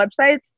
websites